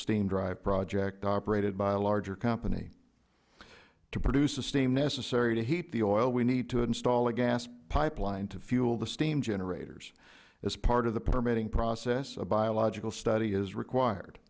steam drive project operated by a larger company to produce the steam necessary to heat the oil we need to install a gas pipeline to fuel the steam generators as part of the permitting process a biological study is required